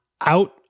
out